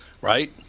Right